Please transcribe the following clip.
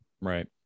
right